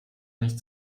nicht